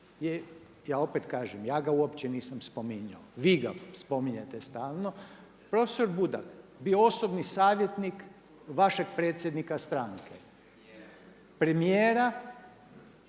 ja opet kažem, ja ga uopće nisam spominjao, vi ga spominjete stalno. Profesor Budak je bio osobni savjetnik vašeg predsjednika stranke, premijera.